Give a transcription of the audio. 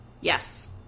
Yes